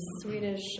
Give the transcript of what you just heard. Swedish